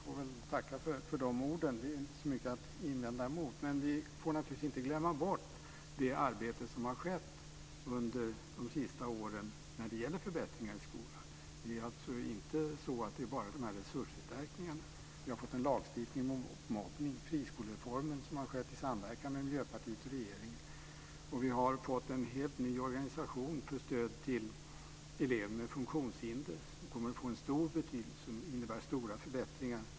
Fru talman! Jag tackar för de orden. Det är inte så mycket att invända emot. Men vi får naturligtvis inte glömma bort det arbete som har skett under de senaste åren för att åstadkomma förbättringar i skolan. Det handlar alltså inte bara om dessa resursförstärkningar. Det har införts en lagstiftning mot mobbning. Friskolereformen har genomförts i samverkan mellan Miljöpartiet och regeringen. Det har inrättats en helt ny organisation till stöd för elever med funktionshinder, och den kommer att få en stor betydelse framöver, och den innebär stora förbättringar.